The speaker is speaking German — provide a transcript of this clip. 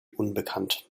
unbekannt